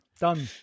Done